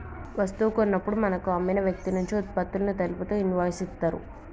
వస్తువు కొన్నప్పుడు మనకు అమ్మిన వ్యక్తినుంచి వుత్పత్తులను తెలుపుతూ ఇన్వాయిస్ ఇత్తరు